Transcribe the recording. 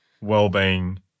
well-being